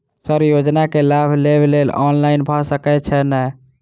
Sir योजना केँ लाभ लेबऽ लेल ऑनलाइन भऽ सकै छै नै?